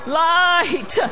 light